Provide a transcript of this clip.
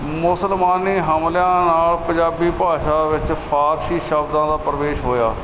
ਮੁਸਲਮਾਨੀ ਹਮਲਿਆਂ ਨਾਲ ਪੰਜਾਬੀ ਭਾਸ਼ਾ ਵਿੱਚ ਫਾਰਸੀ ਸ਼ਬਦਾਂ ਦਾ ਪ੍ਰਵੇਸ਼ ਹੋਇਆ